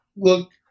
look